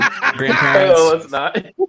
grandparents